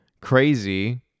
Crazy